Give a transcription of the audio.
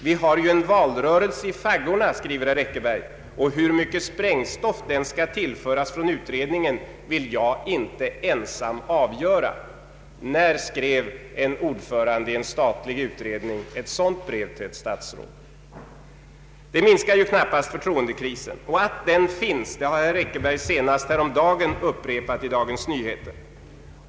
Vi har ju en valrörelse i faggorna, och hur mycket sprängstoff den skall tillföras från utredningen vill jag inte ensam avgöra”. När skrev en ordförande i en statlig utredning ett sådant brev till ett statsråd? Det minskar ju knappast förtroendekrisen. Och att den finns har herr Eckerberg senast häromdagen upprepat i Dagens Nyheter.